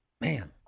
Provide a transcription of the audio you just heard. Man